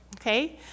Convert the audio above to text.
Okay